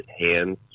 hands